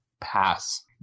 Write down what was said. Pass